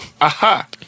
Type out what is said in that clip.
Aha